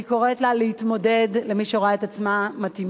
אני קוראת לה להתמודד, למי שרואה את עצמה מתאימה.